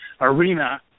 arena